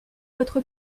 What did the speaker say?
votre